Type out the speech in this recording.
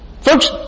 Folks